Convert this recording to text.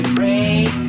Break